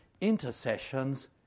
intercessions